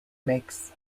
makes